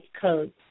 codes